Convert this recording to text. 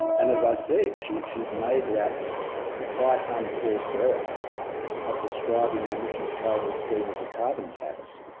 and as i said, she'd she'd made that quite unforced error of describing an emissions trading scheme as a carbon tax,